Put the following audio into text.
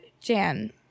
Jan